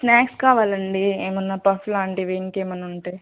snacks కావాలండి ఏమైనా puff లాంటివి ఇంకేమైనా ఉంటే